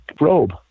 robe